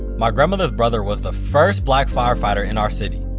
my grandmother's brother was the first black firefighter in our city.